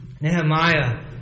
Nehemiah